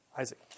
Isaac